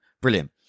brilliant